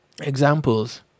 examples